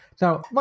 Now